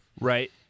Right